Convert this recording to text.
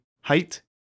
height